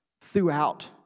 throughout